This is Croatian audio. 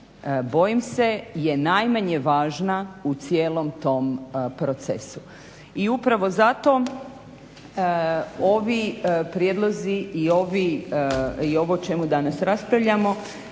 bojim se je najmanje važna u cijelom tom procesu i upravo zato ovi prijedlozi i ovo o čemu danas raspravljamo